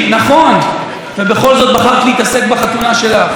נכון, ובכל זאת בחרת להתעסק בחתונה שלך.